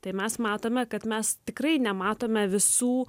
tai mes matome kad mes tikrai nematome visų